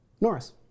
Norris